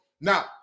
Now